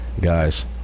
guys